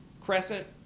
Crescent